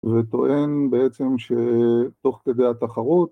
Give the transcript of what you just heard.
‫וטוען בעצם שתוך כדי התחרות...